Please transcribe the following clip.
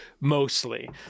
mostly